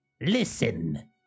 listen